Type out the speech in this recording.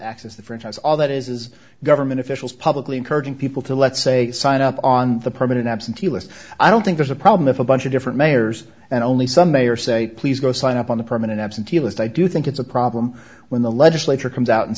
access the franchise all that is is government officials publicly encouraging people to let's say signed up on the permanent absentee list i don't think there's a problem if a bunch of different mayors and only some mayor say please go sign up on the permanent absentee list i do think it's a problem when the legislature comes out and